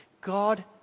God